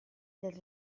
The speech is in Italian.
del